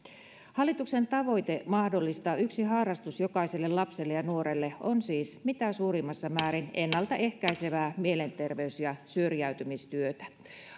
hallituksen tavoite mahdollistaa yksi harrastus jokaiselle lapselle ja nuorelle on siis mitä suurimmassa määrin ennalta ehkäisevää mielenterveys ja syrjäytymistyötä